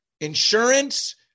insurance